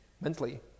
mentally